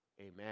Amen